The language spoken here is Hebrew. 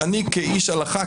אני כאיש הלכה,